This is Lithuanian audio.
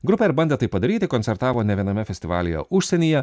grupę ir bandė tai padaryti koncertavo nė viename festivalyje užsienyje